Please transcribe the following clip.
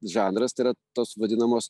žanras tai yra tos vadinamos